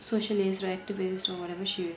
socialist activist or whatever she